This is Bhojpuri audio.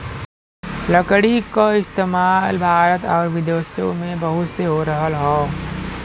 लकड़ी क इस्तेमाल भारत आउर विदेसो में बहुत हो रहल हौ